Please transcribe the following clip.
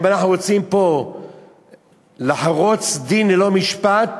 אם אנחנו רוצים פה לחרוץ דין ללא משפט